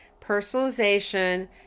personalization